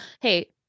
Hey